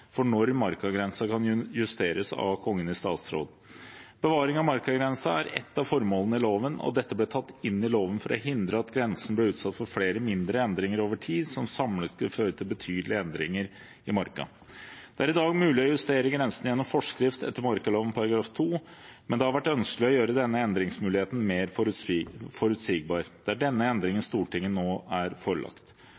om når markagrensen kan justeres av Kongen i statsråd. Bevaring av markagrensen er ett av formålene i loven, og dette ble tatt inn i loven for å hindre at grensen ble utsatt for flere mindre endringer over tid som samlet kunne føre til betydelige endringer i marka. Det er i dag mulig å justere grensene gjennom forskrift etter markaloven § 2, men det har vært ønskelig å gjøre denne endringsmuligheten mer forutsigbar.